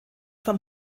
vom